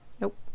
Nope